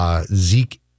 Zeke